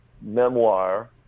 memoir